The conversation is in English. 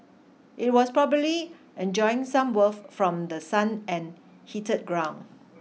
it was probably enjoying some warmth from the sun and heated ground